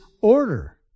order